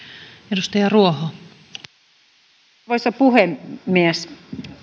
arvoisa puhemies